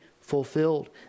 fulfilled